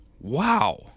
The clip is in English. wow